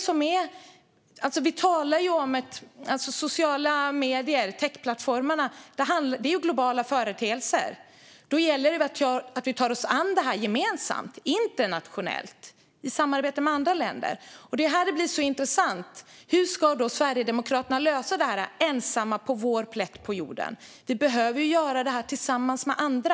Sociala medier och techplattformarna är globala företeelser. Då gäller det att vi tar oss an detta gemensamt, internationellt, i samarbete med andra länder. Det är här det blir intressant. Hur ska Sverigedemokraterna lösa detta, ensamma på vår plätt på jorden? Vi behöver göra detta tillsammans med andra.